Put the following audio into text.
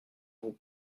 vous